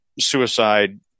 suicide